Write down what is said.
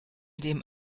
dem